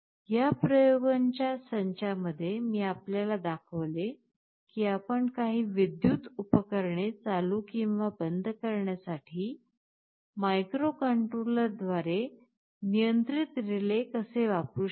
या प्रयोगांच्या संचामध्ये मी आपल्याला दाखवले की आपण काही विद्युत उपकरणे चालू किंवा बंद करण्यासाठी मायक्रोकंट्रोलरद्वारे नियंत्रित रिले कसे वापरू शकतो